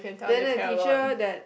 then the teacher that